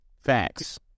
Facts